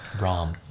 Rom